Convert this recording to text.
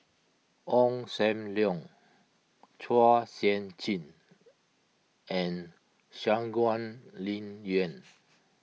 Ong Sam Leong Chua Sian Chin and Shangguan Liuyun